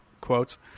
Quotes